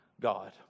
God